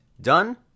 Done